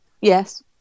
Yes